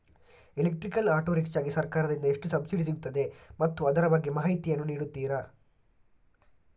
Electrical auto rickshaw ಗೆ ಸರ್ಕಾರ ದಿಂದ ಎಷ್ಟು ಸಬ್ಸಿಡಿ ಸಿಗುತ್ತದೆ ಮತ್ತು ಅದರ ಬಗ್ಗೆ ಮಾಹಿತಿ ಯನ್ನು ನೀಡುತೀರಾ?